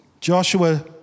Joshua